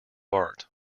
art